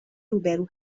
روبرو